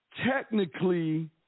technically